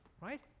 right